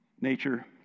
nature